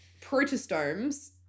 protostomes